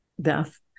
death